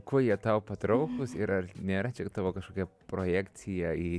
kuo jie tau patrauklūs ir ar nėra čia tavo kažkokia projekcija į